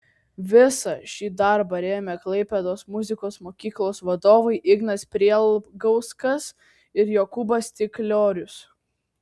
visą šį darbą rėmė klaipėdos muzikos mokyklos vadovai ignas prielgauskas ir jokūbas stikliorius